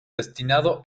destinado